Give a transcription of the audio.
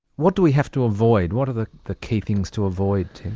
what do we have to avoid? what are the the key things to avoid, tim?